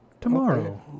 tomorrow